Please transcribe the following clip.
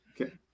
Okay